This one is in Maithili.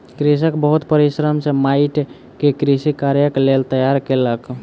कृषक बहुत परिश्रम सॅ माइट के कृषि कार्यक लेल तैयार केलक